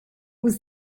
was